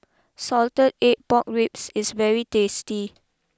Salted Egg Pork Ribs is very tasty